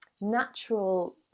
natural